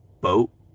boat